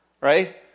Right